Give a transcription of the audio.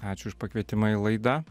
ačiū už pakvietimą į laidą